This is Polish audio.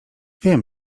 wiem